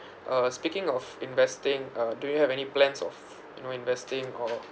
uh speaking of investing uh do you have any plans of you know investing or